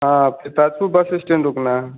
हाँ फ़िर Tajpur bus stand रुकना है